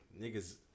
niggas